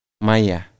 Maya